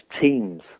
teams